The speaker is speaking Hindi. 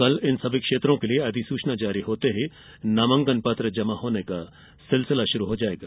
कल इन सभी क्षेत्रों के लिए अधिसूचना जारी होते ही नामांकन पत्र जमा होने का सिलसिला शुरु हो जाएगा